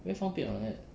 very 方便 [what] like that